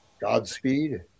Godspeed